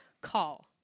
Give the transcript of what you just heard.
call